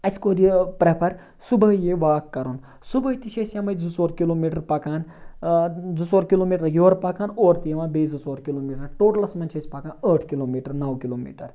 اَسہِ کوٚر یہِ پرٛفَر صُبحٲے یہِ واک کَرُن صُبحٲے تہِ چھِ أسۍ یِمَے زٕ ژور کِلوٗمیٖٹَر پَکان زٕ ژور کِلوٗمیٖٹَر یورٕ پَکان اورٕ تہِ یِوان بیٚیہِ زٕ ژور کِلوٗمیٖٹَر ٹوٹلَس منٛز چھِ أسۍ پَکان ٲٹھ کِلوٗمیٖٹَر نَو کِلوٗمیٖٹَر